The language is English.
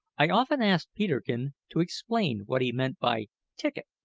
i often asked peterkin to explain what he meant by ticket,